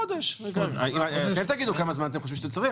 אתם תגידו כמה זמן אתם חושבים שאתם צריכים,